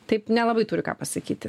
taip nelabai turi ką pasakyti